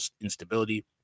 instability